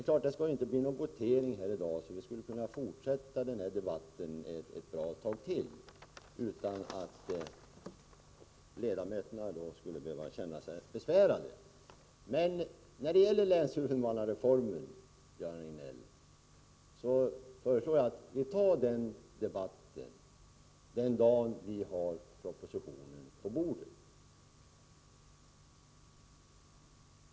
frågor Det skall ju inte bli någon mer votering här i dag, så vi skulle kunna fortsätta debatten ett bra tag till utan att ledamöterna behövde känna sig besvärade. Men när det gäller länshuvudmannareformen, Göran Riegnell, föreslår jag att vi tar debatten den dag vi har propositionen på bordet.